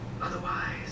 Otherwise